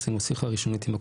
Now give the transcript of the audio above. עשינו שיחה ראשונית עם הקופות,